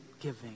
giving